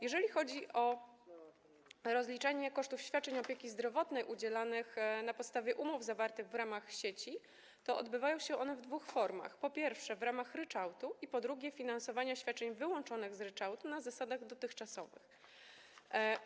Jeżeli chodzi o rozliczanie kosztów świadczeń opieki zdrowotnej udzielanych na podstawie umów zawartych w ramach sieci, to odbywają się one w dwóch formach, po pierwsze, w ramach ryczałtu, po drugie, finansowania świadczeń wyłączonych z ryczałtu na dotychczasowych zasadach.